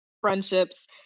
friendships